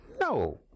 No